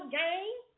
game